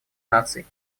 наций